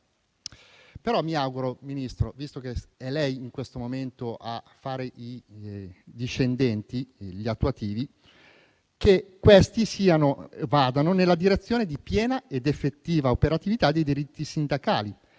però, Ministro, visto che è lei in questo momento a fare gli attuativi, che questi vadano nella direzione di piena ed effettiva operatività dei diritti sindacali,